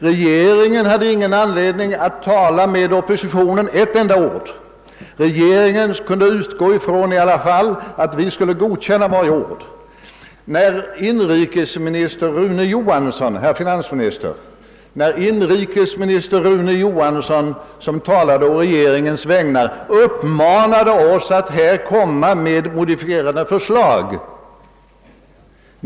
Regeringen hade ingen anledning att diskutera med oppositionen; den skulle kunna utgå från att vi godkände varje ord. Inrikesminister Rune Johansson, som talade å regeringens vägnar, uppmanade oss att framlägga modifierande förslag.